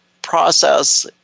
process